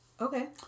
Okay